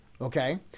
okay